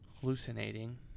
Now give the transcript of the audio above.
Hallucinating